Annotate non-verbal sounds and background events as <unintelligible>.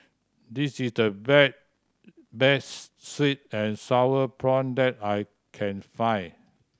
this is the <unintelligible> best sweet and sour prawn that I can find